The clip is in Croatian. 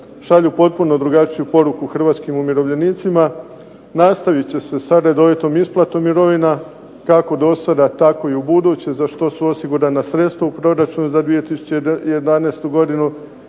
šalju potpuno drugačiju poruku hrvatskim umirovljenicima, nastavit će se sa redovitom isplatom mirovina kako do sada tako i ubuduće za što su osigurana sredstva u proračunu za 2011. godinu